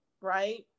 Right